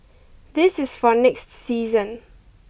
this is for next season